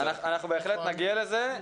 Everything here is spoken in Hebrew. בהחלט נגיע לזה.